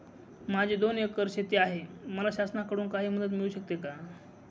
माझी दोन एकर शेती आहे, मला शासनाकडून काही मदत मिळू शकते का?